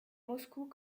moscou